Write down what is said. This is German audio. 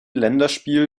länderspiel